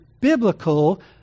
biblical